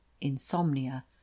Insomnia